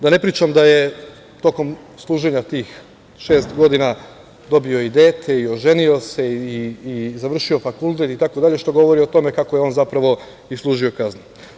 Da ne pričam da je tokom služenja tih šest godina dobio i dete i oženio se i završio fakultet itd. što govori o tome kako je on zapravo i služio kaznu.